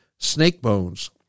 Snakebones